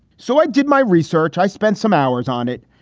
so i did my research. i spent some hours on it.